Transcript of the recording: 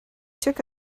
took